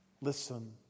Listen